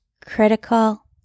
critical